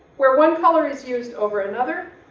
where one color is used over another,